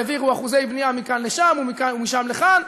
והעבירו אחוזי בנייה מכאן לשם ומשם לכאן,